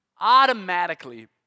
automatically